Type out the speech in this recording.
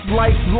life